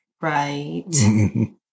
right